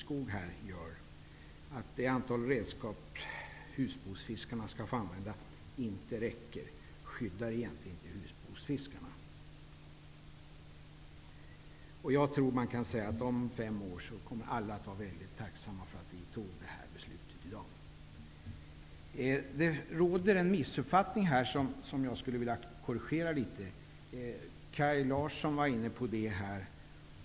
Skoog hävdar att det antal redskap som husbehovsfiskarna skall få använda inte räcker, skyddar egentligen inte husbehovsfiskarna. Jag tror att man kan säga att alla om fem år kommer att vara mycket tacksamma för att vi fattade detta beslut i dag. Det råder en missuppfattning här som jag skulle vilja korrigera. Kaj Larsson och Christer Skoog var inne på det.